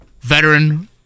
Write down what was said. Veteran